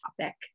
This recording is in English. topic